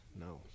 No